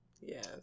Yes